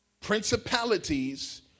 principalities